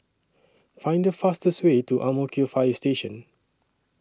Find The fastest Way to Ang Mo Kio Fire Station